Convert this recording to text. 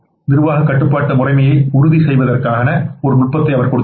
நிர்வாகக் கட்டுப்பாட்டு முறைமையை உறுதி செய்வதற்கான ஒரு நுட்பத்தை அவர் கொடுத்துள்ளார்